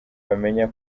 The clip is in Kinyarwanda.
bamenya